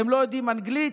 הן לא יודעות אנגלית,